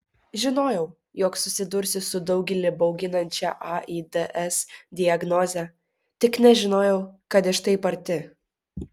žinojau jog susidursiu su daugelį bauginančia aids diagnoze tik nežinojau kad iš taip arti